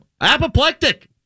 Apoplectic